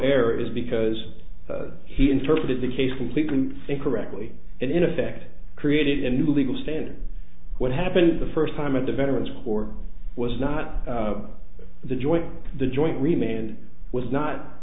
error is because he interpreted the case completely incorrectly and in effect created a new legal standard what happened the first time at the veterans court was not the joint the joint remained was not